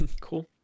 cool